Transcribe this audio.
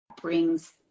brings